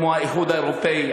כמו האיחוד האירופי,